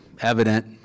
evident